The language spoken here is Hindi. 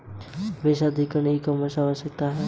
वेब आधारित ई कॉमर्स की आवश्यकता क्या है?